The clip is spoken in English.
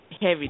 Heavy